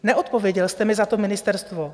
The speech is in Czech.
Neodpověděl jste mi za to ministerstvo.